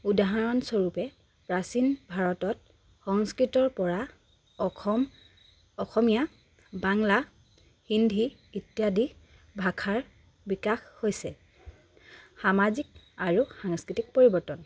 উদাহৰণস্বৰূপে প্ৰাচীন ভাৰতত সংস্কৃতৰ পৰা অসম অসমীয়া বাংলা হিন্দী ইত্যাদি ভাষাৰ বিকাশ হৈছে সামাজিক আৰু সাংস্কৃতিক পৰিৱৰ্তন